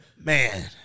Man